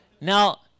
Now